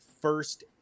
first